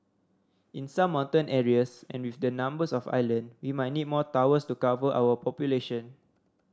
in some mountain areas and with the numbers of island you might need more towers to cover our population